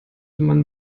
man